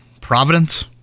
Providence